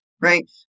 right